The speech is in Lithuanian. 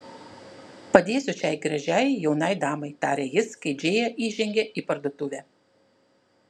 padėsiu šiai gražiai jaunai damai tarė jis kai džėja įžengė į parduotuvę